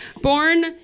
Born